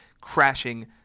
crashing